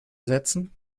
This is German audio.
setzen